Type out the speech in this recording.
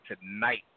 tonight